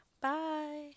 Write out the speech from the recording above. Bye